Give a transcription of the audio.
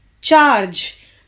charge